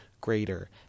greater